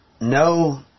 no